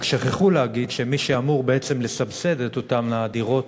רק שכחו להגיד שמי שאמור בעצם לסבסד את אותן הדירות